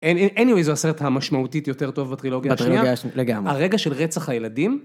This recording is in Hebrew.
אניווי, זה הסרט המשמעותית יותר טוב בטרילוגיה השנייה. בטרילוגיה השנייה, לגמרי. הרגע של רצח הילדים.